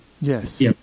Yes